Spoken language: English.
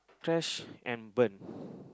crash and burn